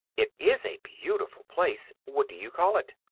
it is a beautiful place. what do you call it?